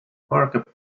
markup